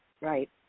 Right